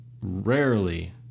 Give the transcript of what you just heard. rarely